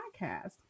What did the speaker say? podcast